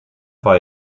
war